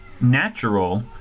natural